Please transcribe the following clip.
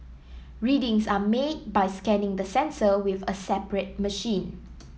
readings are made by scanning the sensor with a separate machine